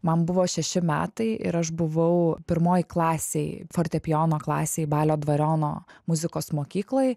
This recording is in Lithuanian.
man buvo šeši metai ir aš buvau pirmoj klasėj fortepijono klasėj balio dvariono muzikos mokykloj